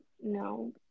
no